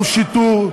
גם שיטור,